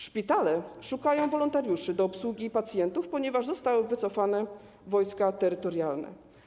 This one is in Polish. Szpitale szukają wolontariuszy do obsługi pacjentów, ponieważ zostały wycofane wojska terytorialne.